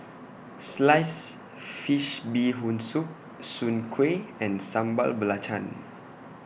Sliced Fish Bee Boon Soup Soon Kway and Sambal Belacan